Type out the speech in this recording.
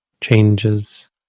changes